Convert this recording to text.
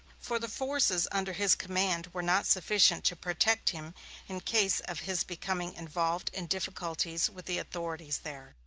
for the forces under his command were not sufficient to protect him in case of his becoming involved in difficulties with the authorities there.